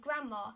grandma